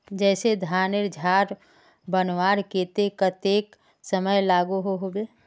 जैसे धानेर झार बनवार केते कतेक समय लागोहो होबे?